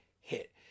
hit